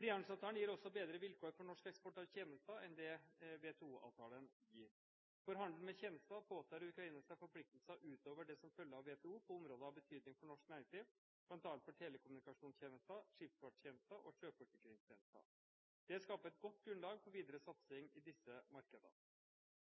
Frihandelsavtalen gir også bedre vilkår for norsk eksport av tjenester enn det WTO-avtalen gir. For handel med tjenester påtar Ukraina seg forpliktelser utover det som følger av WTO, på områder av betydning for norsk næringsliv, bl.a. for telekommunikasjonstjenester, skipsfartstjenester og sjøforsikringstjenester. Det skaper et godt grunnlag for videre satsing i disse markedene.